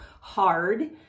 hard